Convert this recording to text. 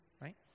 right